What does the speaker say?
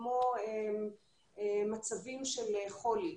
כמו מצבים של חולי,